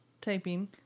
typing